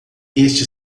este